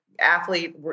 athlete